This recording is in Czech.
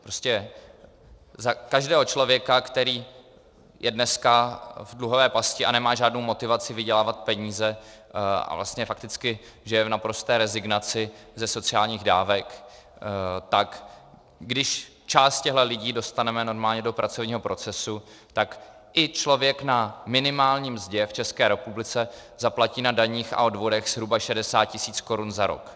Prostě za každého člověka, který je dneska v dluhové pasti a nemá žádnou motivaci vydělávat peníze a žije fakticky v naprosté rezignaci ze sociálních dávek, tak když část těchto lidí dostaneme do normálního pracovního procesu, tak i člověk na minimální mzdě v České republice zaplatí na daních a odvodech zhruba 60 tisíc korun za rok.